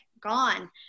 gone